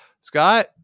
Scott